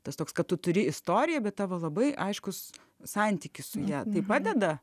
tas toks kad tu turi istoriją bet tavo labai aiškus santykis su ja tai padeda